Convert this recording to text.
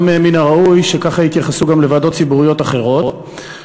ומן הראוי שכך יתייחסו גם לוועדות ציבוריות אחרות.